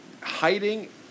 hiding